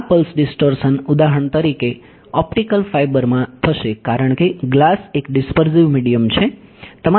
આ pulse distortion ઉદાહરણ તરીકે ઓપ્ટિકલ ફાઈબર માં થશે કારણ કે ગ્લાસ એક ડીસ્પર્ઝિવ મીડિયમ છે